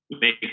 make